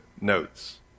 notes